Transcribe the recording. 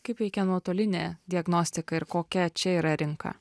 kaip veikia nuotolinė diagnostika ir kokia čia yra rinka